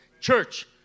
Church